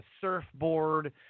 surfboard